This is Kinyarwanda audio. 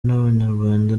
n’abanyarwanda